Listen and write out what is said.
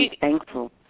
thankful